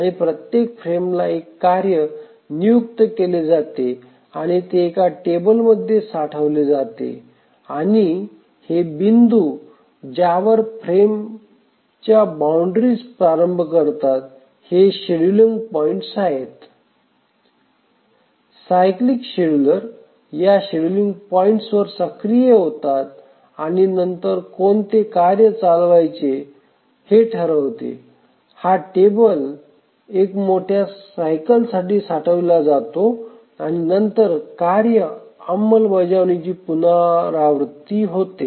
आणि प्रत्येक फ्रेमला एक कार्य नियुक्त केले जाते आणि ते एका टेबलमध्ये साठवले जाते आणि हे बिंदू ज्यावर फ्रेम फ्रेमच्या बाउंड्रीस प्रारंभ करतात हे शेड्यूलिंग पॉईंट्स आहेत सायकलीक शेड्यूलर या शेड्यूलिंग पॉइंट्सवर सक्रिय होतात आणि नंतर कोणते कार्य चालवायचे ठरवते हा टेबल एका मोठ्या सायकलसाठी साठवले जातो आणि नंतर कार्य अंमलबजावणीची पुनरावृत्ती होते